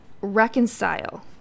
reconcile